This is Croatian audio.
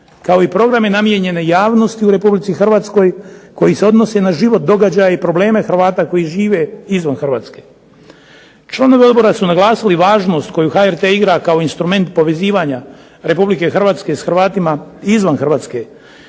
kao i programe namijenjene javnosti u Republici Hrvatskoj koji se odnose na život, probleme i događaje Hrvata koji žive izvan Hrvatske. Članovi Odbora su naglasili važnost koju HRT igra kao instrument povezivanja Republike Hrvatske s Hrvatima izvan Hrvatske,